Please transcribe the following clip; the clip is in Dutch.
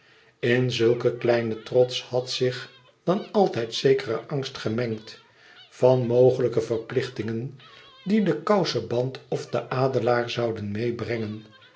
in zulken kleinen trots had zich dan altijd zekere angst gemengd van mogelijke verplichtingen die de kouseband of de adelaar zouden meêbrengen